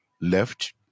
left